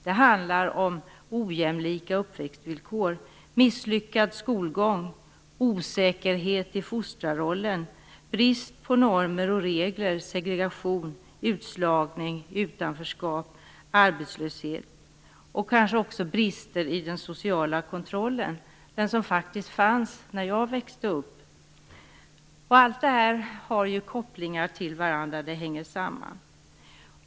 Det handlar om ojämlika uppväxtvillkor, misslyckad skolgång, osäkerhet i fostrarrollen, brist på normer och regler, segregation, utslagning, utanförskap och arbetslöshet, men kanske också om brister i den sociala kontrollen. En sådan fanns faktiskt då jag växte upp. Alla de här sakerna har kopplingar till varandra. De hänger samman.